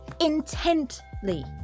intently